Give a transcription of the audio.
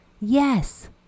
Yes